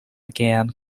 again